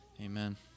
Amen